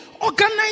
organize